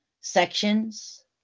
sections